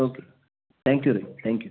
okay thank you Rohit thank you